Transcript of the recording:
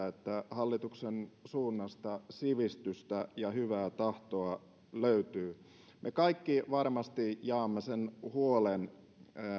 hallituksen suunnasta sivistystä ja hyvää tahtoa löytyy me kaikki varmasti jaamme sen huolen